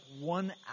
one